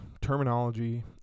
terminology